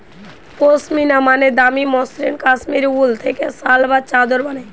পশমিনা মানে দামি মসৃণ কাশ্মীরি উল থেকে শাল বা চাদর বানায়